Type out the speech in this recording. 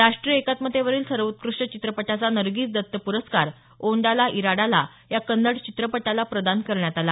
राष्ट्रीय एकात्मतेवरील सर्वोत्कृष्ट चित्रपटाचा नर्गीस दत्त पुरस्कार ओंडाला इराडाला या कन्नड चित्रपटाला प्रदान करण्यात आला